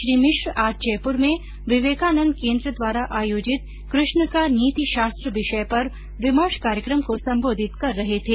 श्री मिश्र आज जयपुर में विवेकानन्द केन्द्र द्वारा आयोजित क ष्ण का नीति शास्त्र विषय पर विमर्श कार्यक्रम को सम्बोधित कर रहे थे